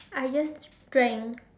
I just drank